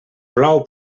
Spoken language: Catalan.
plou